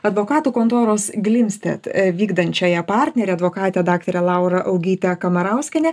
advokatų kontoros glimstedt vykdančiąją partnerę advokatę daktarę laurą augytę kamarauskienę